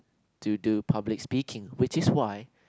to do public speaking which is why